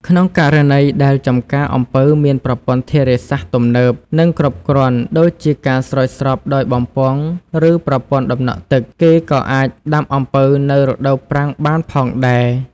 ក្នុងករណីដែលចំការអំពៅមានប្រព័ន្ធធារាសាស្ត្រទំនើប និងគ្រប់គ្រាន់ ដូចជាការស្រោចស្រពដោយបំពង់ ឬប្រព័ន្ធដំណក់ទឹក គេក៏អាចដាំអំពៅនៅ រដូវប្រាំងបានផងដែរ។